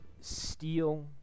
steel